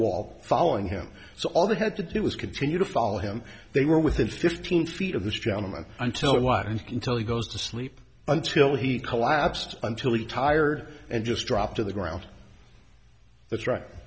wall following him so all they had to do was continue to follow him they were within fifteen feet of this gentleman until one can tell he goes to sleep until he collapsed until he tired and just drop to the ground that's right